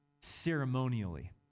ceremonially